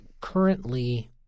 currently